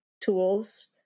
tools